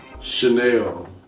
Chanel